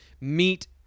meet